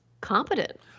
competent